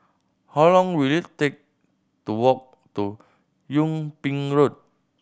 how long will it take to walk to Yung Ping Road